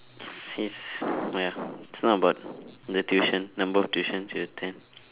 it is oh ya it's not about the tuition number of tuitions you attend